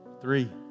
Three